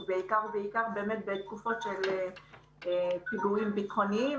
בעיקר-בעיקר בתקופות של פיגועים ביטחוניים,